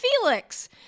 Felix